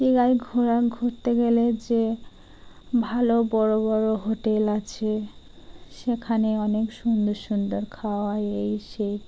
দীঘায় ঘোরা ঘুরতে গেলে যে ভালো বড়ো বড়ো হোটেল আছে সেখানে অনেক সুন্দর সুন্দর খাওয়া এই সেই